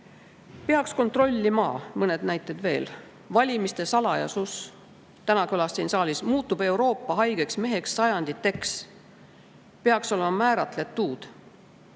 Peaks kontrolli`ma – mõned näited veel. Valimiste salaja`sus. Täna kõlas siin saalis: muutub Euroopa haigeks meheks sajandi`teks. Peaks olema määratle`tud.